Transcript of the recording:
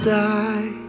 die